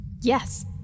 Yes